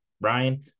brian